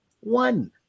One